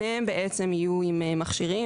שניהם בעצם יהיו עם מכשירים.